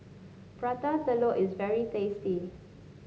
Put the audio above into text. Prata Telur is very tasty